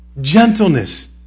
Gentleness